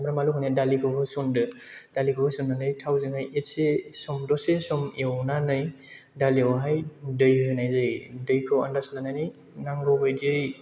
सामब्राम बानलु होनानै दालिखौ होसनदो दालिखौ होसननानै थावजोंहाय एसे सम दसे सम एवनानै दालियावहाय दै होनाय जायो दैखौ आनदाज लानानै नांगौ बायदियै